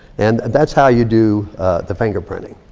and that's how you do the fingerprinting.